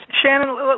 Shannon